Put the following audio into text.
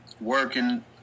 Working